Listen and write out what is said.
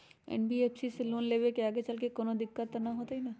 NBFC से loan लेबे से आगेचलके कौनो दिक्कत त न होतई न?